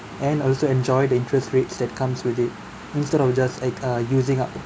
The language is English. and also enjoy the interest rates that comes with it instead of just like uh using up